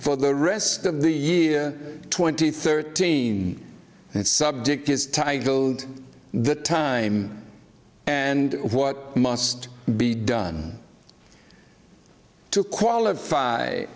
for the rest of the year twenty thirteen subject is titled the time and what must be done to qualify